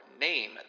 name